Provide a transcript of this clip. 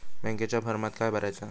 बँकेच्या फारमात काय भरायचा?